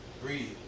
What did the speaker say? Breathe